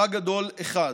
חג גדול אחד,